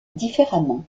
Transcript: différemment